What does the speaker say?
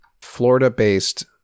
florida-based